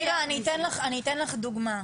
מירה, אני אתן לך, אני אתן לך דוגמה.